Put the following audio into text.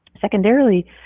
Secondarily